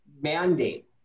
mandate